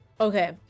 Okay